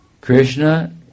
Krishna